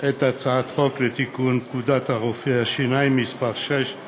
את הצעת חוק לתיקון פקודת רופאי השיניים (מס' 6),